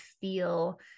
feel